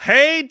Hey